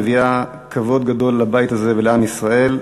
מביאה כבוד גדול לבית הזה ולעם ישראל.